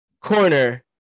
corner